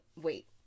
Wait